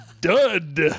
dud